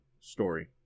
story